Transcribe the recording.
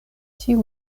tiu